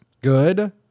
good